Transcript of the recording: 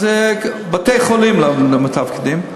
בתי-חולים לא מתפקדים.